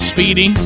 Speedy